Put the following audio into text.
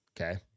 Okay